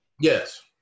Yes